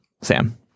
Sam